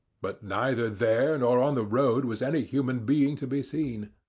but neither there nor on the road was any human being to be seen.